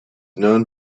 known